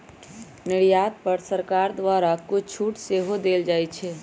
निर्यात पर सरकार द्वारा कुछ छूट सेहो देल जाइ छै